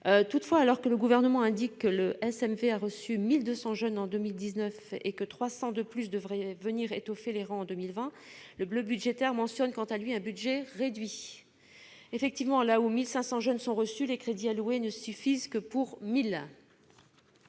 Toutefois, alors que le Gouvernement indique que le SMV a reçu 1 200 jeunes en 2019 et que 300 de plus devraient venir en étoffer les rangs en 2020, le « bleu » budgétaire mentionne quant à lui un budget réduit. Effectivement, là où 1 500 jeunes seront reçus, les crédits alloués ne suffisent que pour 1 000